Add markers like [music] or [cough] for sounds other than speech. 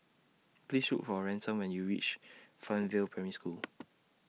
Please Look For Ransom when YOU REACH Fernvale Primary School [noise]